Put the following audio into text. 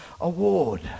award